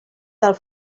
del